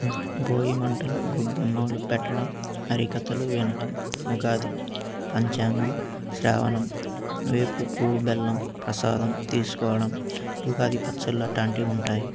భోగి మంటలు గోబ్బెమ్మలు పెట్టడం హరికథలు వినడం ఉగాది పంచాంగం శ్రవణం వేప పువు బెల్లం ప్రసాదం తీసుకోవడం ఉగాది పచ్చళ్ళు అలాంటివి ఉంటాయి